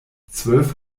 zwölf